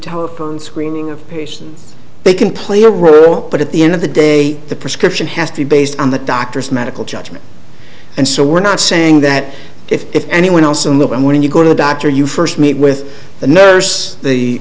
the screening of patients they can play a role but at the end of the day the prescription has to be based on the doctor's medical judgment and so we're not saying that if anyone else and when you go to the doctor you first meet with the nurse the